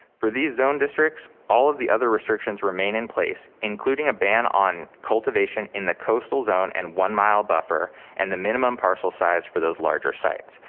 for these zone districts, all of the other restrictions remain in place, including a ban on cultivation in the coastal zone and one-mile buffer and the minimum parcel size for those larger sites.